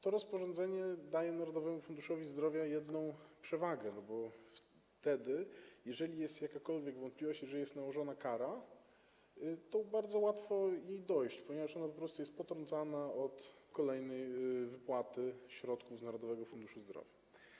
To rozporządzenie daje Narodowemu Funduszowi Zdrowia jedną przewagę: jeżeli jest jakakolwiek wątpliwość, jeżeli jest nałożona kara, to bardzo łatwo tego dojść, ponieważ po prostu jest to potrącane przy kolejnej wypłacie środków z Narodowego Funduszu Zdrowia.